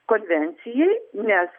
konvencijai nes